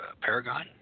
Paragon